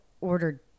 ordered